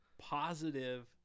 positive